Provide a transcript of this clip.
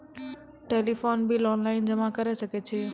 Telephone bill online जमा करै सकै छौ?